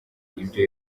ibyo